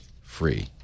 free